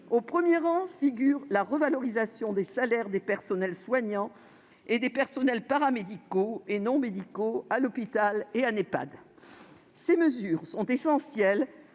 Au premier rang figure la revalorisation des salaires des personnels soignants, paramédicaux et non médicaux à l'hôpital et en Ehpad. Ces mesures sont essentielles